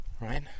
right